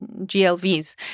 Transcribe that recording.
GLVs